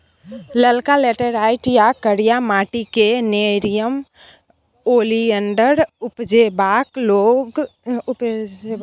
ललका लेटैराइट या करिया माटि क़ेँ नेरियम ओलिएंडर उपजेबाक जोग बुझल जाइ छै